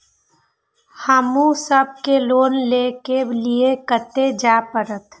हमू सब के लोन ले के लीऐ कते जा परतें?